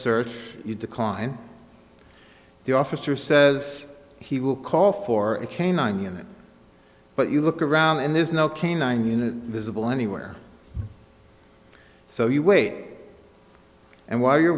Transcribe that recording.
search you decline the officer says he will call for a canine unit but you look around and there's no canine unit visible anywhere so you wait and while you're